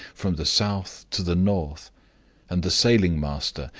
from the south to the north and the sailing-master,